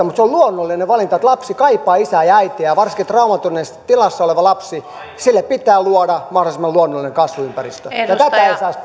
mutta se on luonnollinen valinta että lapsi kaipaa isää ja äitiä ja varsinkin traumaattisessa tilassa olevalle lapselle pitää luoda mahdollisimman luonnollinen kasvuympäristö tätä tätä ei saisi